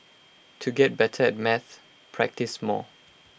to get better at maths practise more